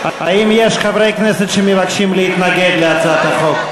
האם יש חברי כנסת שמבקשים להתנגד להצעת החוק?